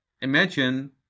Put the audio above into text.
imagine